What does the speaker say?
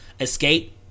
escape